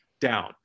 down